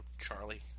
Charlie